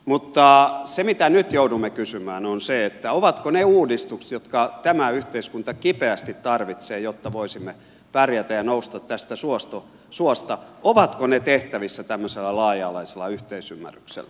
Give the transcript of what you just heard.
mutta se mitä nyt joudumme kysymään on se ovatko ne uudistukset jotka tämä yhteiskunta kipeästi tarvitsee jotta voisimme pärjätä ja nousta tästä suosta tehtävissä tämmöisellä laaja alaisella yhteisymmärryksellä